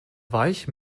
weich